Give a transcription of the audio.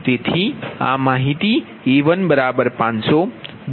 તેથી આ માહીતી a1500 b141 d10